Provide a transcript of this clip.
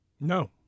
No